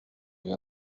vais